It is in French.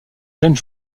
jeune